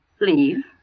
Leave